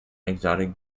exotic